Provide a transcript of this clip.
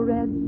Red